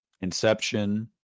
Inception